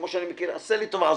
עשה לי טובה,